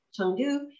Chengdu